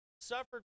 suffered